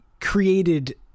created